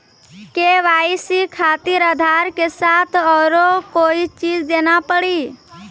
KYC खातिर आधार के साथ औरों कोई चीज देना पड़ी?